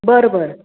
बरं बरं